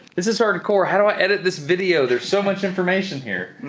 this is hardcore. how do i edit this video? there's so much information here.